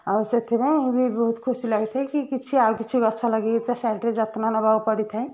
ଆଉ ସେଥିପାଇଁ ବି ବହୁତ ଖୁସି ଲାଗିଥାଏ କି କିଛି ଆଉ କିଛି ଗଛ ଲଗାଇ ତା ସାଇଟରେ ଯତ୍ନ ନେବାକୁ ପଡ଼ିଥାଏ